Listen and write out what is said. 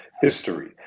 history